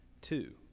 Two